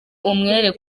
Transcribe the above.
umwere